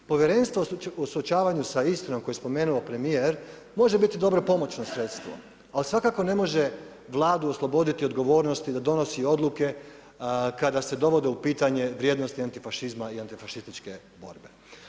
Povjerenstvo u … sa Istrom koju je spomenuo premjer, može biti dobro pomoćno sredstvo, ali svakako ne može Vladu osloboditi odgovornosti da donosi odluke kada se dovode u pitanje vrijednosti antifašizma i antifašističke borbe.